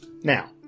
Now